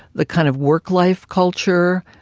the kind of work life culture,